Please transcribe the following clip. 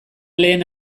lehen